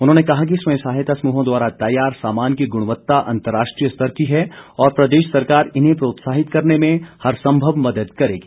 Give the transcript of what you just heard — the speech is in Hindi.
उन्होंने कहा कि स्वयं सहायता समूहों द्वारा तैयार सामान की गुणवत्ता अंतर्राष्ट्रीय स्तर की है और प्रदेश सरकार इन्हें प्रोत्साहित करने में हरसंभव मदद करेगी